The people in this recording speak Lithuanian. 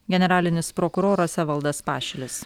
generalinis prokuroras evaldas pašilis